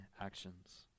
actions